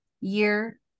year